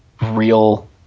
real